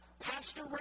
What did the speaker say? Pastor